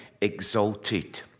exalted